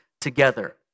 together